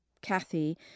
Kathy